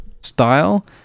style